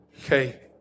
Okay